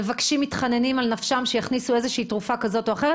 מבקשים ומתחננים על נפשם שיכניסו איזושהי תרופה כזאת או אחרת.